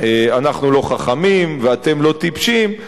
אנחנו לא חכמים ואתם לא טיפשים,